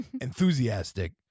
enthusiastic